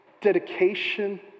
dedication